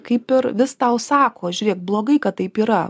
kaip ir vis tau sako žiūrėk blogai kad taip yra